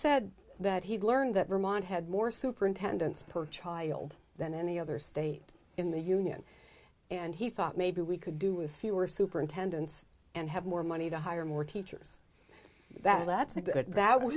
said that he learned that room on had more superintendents per child than any other state in the union and he thought maybe we could do with fewer superintendents and have more money to hire more teachers that let's make that w